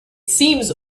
seems